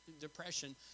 depression